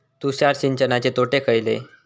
तुषार सिंचनाचे तोटे खयले?